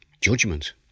judgment